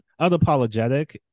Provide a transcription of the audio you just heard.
unapologetic